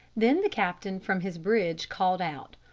then the captain from his bridge called out,